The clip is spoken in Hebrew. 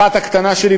הבת הקטנה שלי,